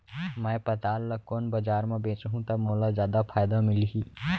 मैं पताल ल कोन बजार म बेचहुँ त मोला जादा फायदा मिलही?